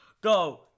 go